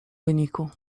wyniku